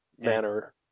manner